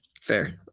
fair